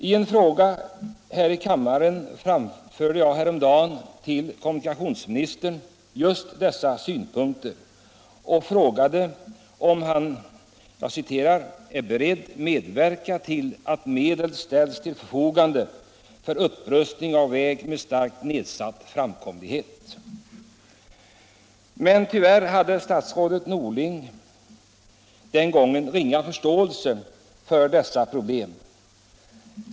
I en fråga här i kammaren framförde jag häromdagen till kommunikationsministern just dessa synpunkter och frågade om han är ”beredd medverka till att medel ställs till förfogande för upprustning av väg med starkt nedsatt framkomlighet”. Tyvärr hade statsrådet Norling den gången ringa förståelse för dessa problem.